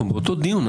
אנחנו באותו דיון.